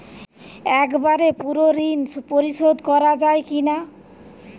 একবারে পুরো ঋণ পরিশোধ করা যায় কি না?